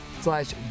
slash